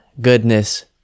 goodness